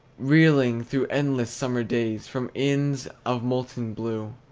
reeling, through endless summer days, from inns of molten blue.